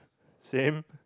same